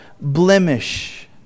blemish